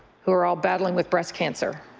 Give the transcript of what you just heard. who are all battling with breast cancer,